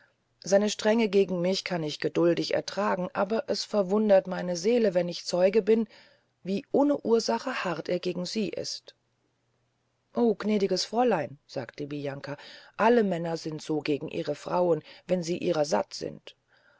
seine strenge gegen mich kann ich geduldig ertragen aber es verwundet meine seele wenn ich zeuge bin wie ohne ursach hart er gegen sie ist o gnädiges fräulein sagte bianca alle männer sind so gegen ihre frauen wenn sie ihrer satt sind